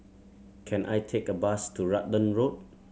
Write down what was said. can I take a bus to Rutland Road